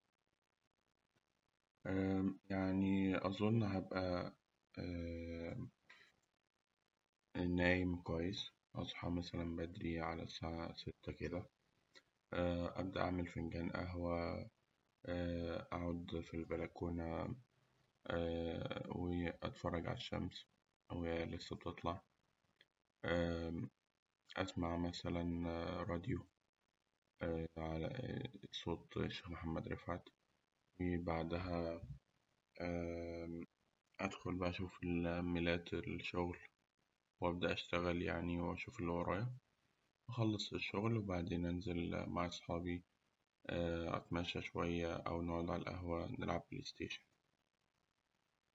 يعني أظن هأبقى نايم كويس وأصحى بدري مثلاً على الساعة ستة كده أبدأ أعمل فنجان قهوة أقعد في البلكونة، وأتفرج على الشمس وهي لسه بتطلع، وأسمع مثلاً راديو على صوت الشيخ محمد رفعت، وبعدها أدخل بقى أشوف ميلات الشغل وأبدأ أشتغل يعني وأشوف اللي ورايا، وأخلص الشغل وبعدين أنزل مع أصحابي أتمشى شوية أو نقعد على القهوة.